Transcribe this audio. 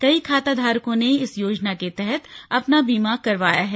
कई खाताधारकों ने इस योजना के तहत अपना बीमा करवाया है